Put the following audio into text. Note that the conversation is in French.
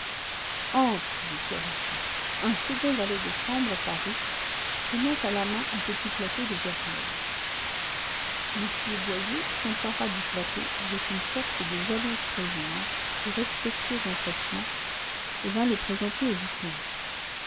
entre dit florestan un second valet de chambre parut tenant à la main un petit plateau de vermeil m boyer s'empara du plateau avec une sorte de jalouse prévenance de respectueux empressement et vint le présenter au vicomte